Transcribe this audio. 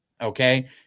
Okay